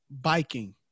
biking